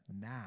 now